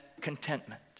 contentment